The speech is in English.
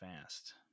fast